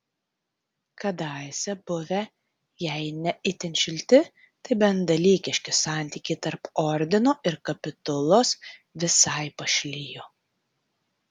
kadaise buvę jei ne itin šilti tai bent dalykiški santykiai tarp ordino ir kapitulos visai pašlijo